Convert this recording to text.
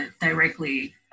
directly